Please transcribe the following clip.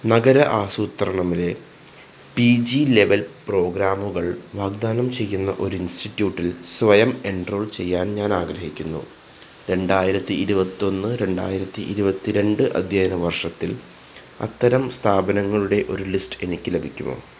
നഗര ആസൂത്രണം ലെ പി ജി ലെവൽ പ്രോഗ്രാമുകൾ വാഗ്ദാനം ചെയ്യുന്ന ഒരു ഇൻസ്റ്റിറ്റ്യൂട്ടിൽ സ്വയം എൻറോൾ ചെയ്യാൻ ഞാനാഗ്രഹിക്കുന്നു രണ്ടായിരത്തി ഇരുപത്തൊന്ന് രണ്ടായിരത്തി ഇരുപത്തി രണ്ട് അധ്യയന വർഷത്തിൽ അത്തരം സ്ഥാപനങ്ങളുടെ ഒരു ലിസ്റ്റ് എനിക്ക് ലഭിക്കുമോ